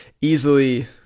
easily